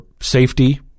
safety